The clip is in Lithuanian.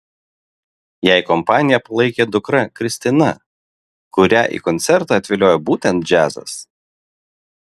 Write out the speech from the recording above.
jai kompaniją palaikė dukra kristina kurią į koncertą atviliojo būtent džiazas